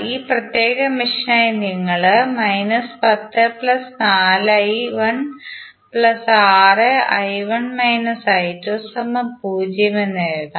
ഈ പ്രത്യേക മെഷിനായി നിങ്ങൾ 1046 എന്ന് എഴുതാം